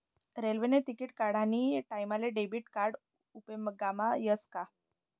रेल्वेने तिकिट काढानी टाईमले डेबिट कार्ड उपेगमा यस का